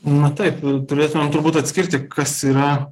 na taip turėtumėm turbūt atskirti kas yra